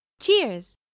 Cheers